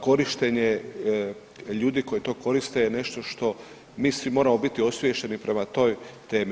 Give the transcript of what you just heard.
Korištenje, ljudi koji to koriste je nešto što mi svi moramo biti osviješteni prema toj temi.